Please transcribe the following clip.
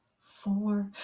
Four